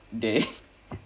dey